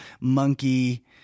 monkey